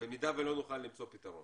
במידה ולא נוכל למצוא פתרון.